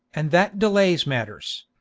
and that delays matters.